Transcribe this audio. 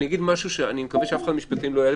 אני אגיד משהו אני מקווה שאף אחד מהמשפטנים לא ייעלב,